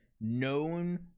known